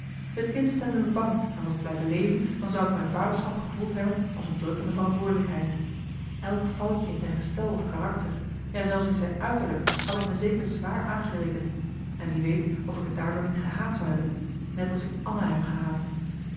het kind stemde me bang en was t blijven leven dan zou ik mijn vaderschap gevoeld hebben als een drukkende verantwoordelijkheid elk foutje in zijn gestel of karakter ja zelfs in zijn uiterlijk had ik me zeker zwaar aangerekend en wie weet of ik t daardoor niet gehaat zou hebben net als ik anna heb gehaat